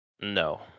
No